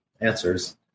answers